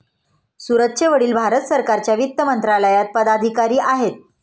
सूरजचे वडील भारत सरकारच्या वित्त मंत्रालयात पदाधिकारी आहेत